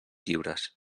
lliures